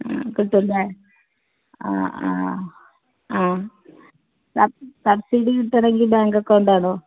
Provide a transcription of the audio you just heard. കിട്ടും അല്ലേ ആ ആ ആ സബ് സബ്സിഡി കിട്ടണമെങ്കിൽ ബാങ്ക് അക്കൗണ്ട് ആണോ